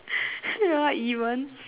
what you want